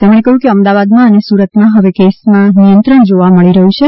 તેમણે કહયું કે અમદાવાદમાં અને સુરતમાં હવે કેસમાં નિયંત્રણ જોવા મળી રહ્યું છે